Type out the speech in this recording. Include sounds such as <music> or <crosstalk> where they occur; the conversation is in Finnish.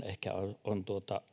<unintelligible> ehkä on